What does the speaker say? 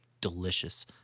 delicious